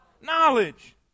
knowledge